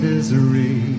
Misery